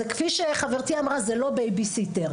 כפי שחברתי אמרה, זה לא בייביסיטר.